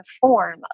form